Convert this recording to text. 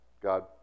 God